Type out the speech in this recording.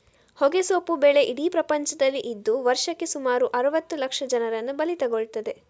ಹೊಗೆಸೊಪ್ಪು ಬೆಳೆ ಇಡೀ ಪ್ರಪಂಚದಲ್ಲಿ ಇದ್ದು ವರ್ಷಕ್ಕೆ ಸುಮಾರು ಅರುವತ್ತು ಲಕ್ಷ ಜನರನ್ನ ಬಲಿ ತಗೊಳ್ತದೆ